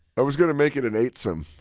i was gonna make it an eightsome,